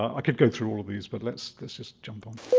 i could go through all of these but let's just jump on